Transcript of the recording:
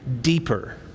deeper